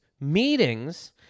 meetings